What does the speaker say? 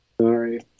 Sorry